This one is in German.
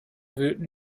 wühlten